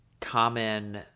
common